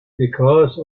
because